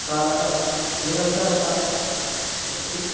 कालः निरन्तरता अस्ति